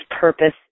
purpose